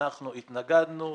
אנחנו התנגדנו.